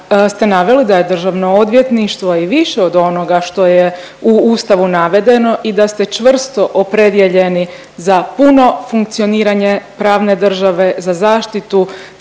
ste naveli da je državno odvjetništvo i više od onoga što je u Ustavu navedeno i da ste čvrsto opredijeljeni za puno funkcioniranje pravne države, za zaštitu